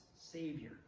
Savior